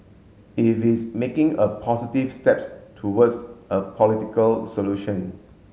is it making a positive steps towards a political solution